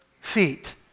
feet